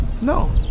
No